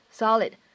solid